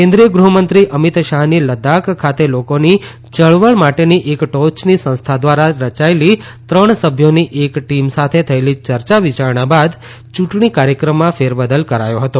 કેન્દ્રીય ગૃહમંત્રી અમિત શાહની લદાખ ખાતે લોકોની યળવળ માટેની એક ટોચની સંસ્થા ધ્વારા રચાયલી ત્રણ સભ્યોની એક ટીમ સાથે થયેલી ચર્ચા વિચારણા બાદ ચુંટણી કાર્યક્રમમાં ફેરબદલ કરાયો હતો